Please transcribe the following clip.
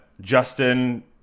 Justin